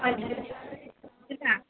ଆଜ୍ଞା